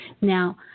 Now